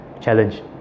challenge